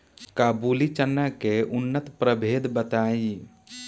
काबुली चना के उन्नत प्रभेद बताई?